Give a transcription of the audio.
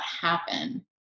happen